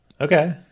Okay